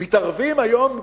מתערבים היום.